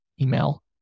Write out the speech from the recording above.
email